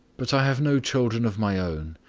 but i have no children of my own,